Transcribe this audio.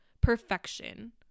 perfection